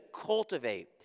cultivate